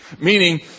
Meaning